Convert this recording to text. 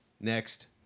Next